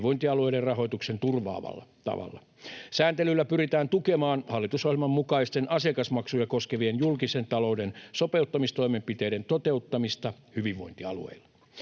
hyvinvointialueiden rahoituksen turvaavalla tavalla. Sääntelyllä pyritään tukemaan hallitusohjelman mukaisten asiakasmaksuja koskevien julkisen talouden sopeuttamistoimenpiteiden toteuttamista hyvinvointialueilla.